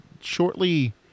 shortly –